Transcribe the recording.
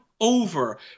over